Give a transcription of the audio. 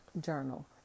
journal